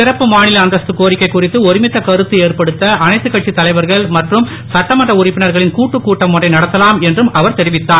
சிறப்பு மாநில அந்தஸ்து கோரிக்கை குறித்து ஒருமித்த கருத்து ஏற்படுத்த அனைத்து கட்சி தலைவர்கள் மற்றும் சட்டமன்ற உறுப்பினர்களின் கூட்டுக் கூட்டம் ஒன்றை நடத்தலாம் என்றும் அவர் தெரிவித்தார்